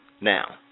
now